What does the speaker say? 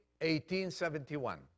1871